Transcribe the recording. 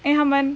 then 他们